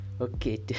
Okay